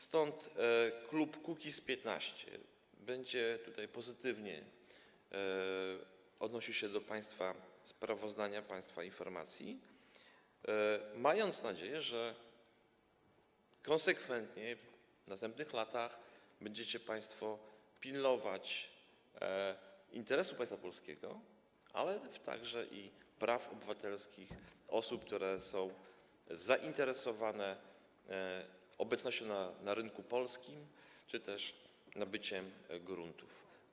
Stąd klub Kukiz’15 będzie pozytywnie odnosił się do państwa sprawozdania, państwa informacji, mając nadzieję, że konsekwentnie w następnych latach będziecie państwo pilnować interesu państwa polskiego, ale także praw obywatelskich osób, które są zainteresowane obecnością na rynku polskim czy też nabyciem gruntów.